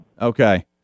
Okay